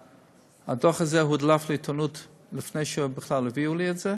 הדוח הזה הודלף לעיתונות לפני שבכלל הביאו לי אותו.